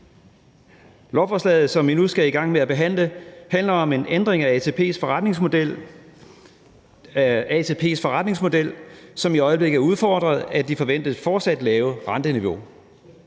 Lovforslaget, som vi nu skal i gang med at behandle, handler om en ændring af ATP's forretningsmodel, som i øjeblikket er udfordret af det forventede fortsat lave renteniveau.